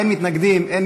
בעד, 23, אין מתנגדים, אין